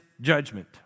judgment